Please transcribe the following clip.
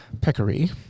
Peccary